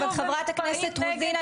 מתוך יישוב נגד ילדים --- חברת הכנסת רוזין,